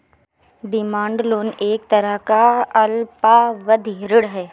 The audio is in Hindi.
डिमांड लोन एक तरह का अल्पावधि ऋण है